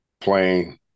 playing